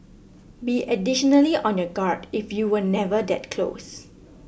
be additionally on your guard if you were never that close